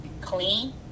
clean